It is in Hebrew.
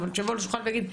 אבל כשהוא יבוא לשולחן ויגיד,